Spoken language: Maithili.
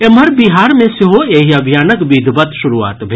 एम्हर बिहार मे सेहो एहि अभियानक विधिवत शुरूआत भेल